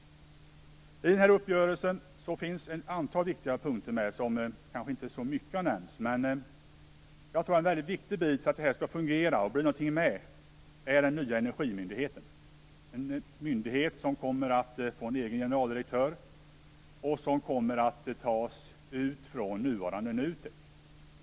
I uppgörelsen finns ett antal viktiga punkter som kanske inte har nämnts så mycket. Jag tror att den nya energimyndigheten är väldigt viktig för att det skall fungera. Det är en myndighet som kommer att få en egen generaldirektör och som kommer att brytas ut från nuvarande NUTEK.